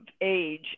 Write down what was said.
age